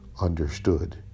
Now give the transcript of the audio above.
understood